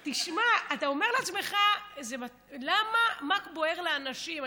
אתה אומר לעצמך: מה בוער לאנשים?